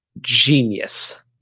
genius